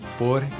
por